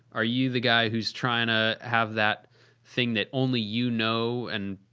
are you the guy who's trying to have that thing that only you know? and,